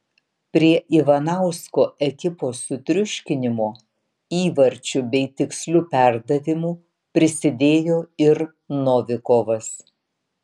prie ivanausko ekipos sutriuškinimo įvarčiu bei tiksliu perdavimu prisidėjo ir novikovas